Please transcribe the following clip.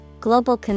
Global